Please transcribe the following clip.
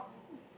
dog